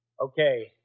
Okay